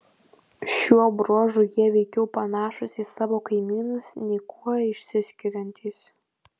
šiuo bruožu jie veikiau panašūs į savo kaimynus nei kuo išsiskiriantys